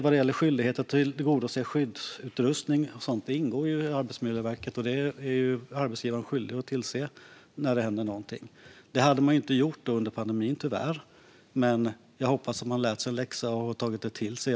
Vad gäller skyldighet att tillgodose tillgång till skyddsutrustning och sådant ingår det i Arbetsmiljöverkets uppdrag. Det är arbetsgivaren skyldig att tillse när det händer någonting. Det hade man tyvärr inte gjort under pandemin. Men jag hoppas att man lärt sig en läxa och tagit det till sig.